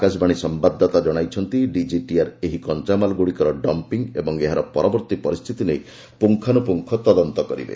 ଆକାଶବାଣୀ ସମ୍ଭାଦଦାତା ଜଣାଇଛନ୍ତି ଡିଜିଟିଆର୍ ଏହି କଞ୍ଚାମାଲଗୁଡ଼ିକର ଡମ୍ପିଙ୍ଗ୍ ଏବଂ ଏହାର ପରବର୍ତ୍ତୀ ପରିସ୍ଥିତି ନେଇ ପୁଙ୍ଗାନୁପୁଙ୍ଗ ତଦନ୍ତ କରିବେ